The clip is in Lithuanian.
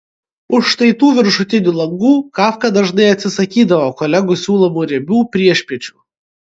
už štai tų viršutinių langų kafka dažnai atsisakydavo kolegų siūlomų riebių priešpiečių